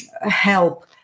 help